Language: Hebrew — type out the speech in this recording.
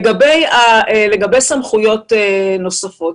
לגבי סמכויות נוספות.